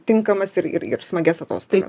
tinkamas ir ir smagias atostogas